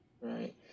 right